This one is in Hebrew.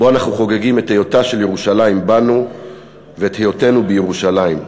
שבו אנחנו חוגגים את היותה של ירושלים בנו ואת היותנו בירושלים,